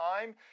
time